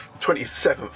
27th